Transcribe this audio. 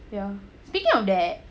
ya speaking of that